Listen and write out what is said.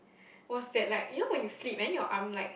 was that like you know when you sleep and then your arm like